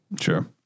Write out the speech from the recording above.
Sure